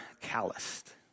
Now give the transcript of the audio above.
calloused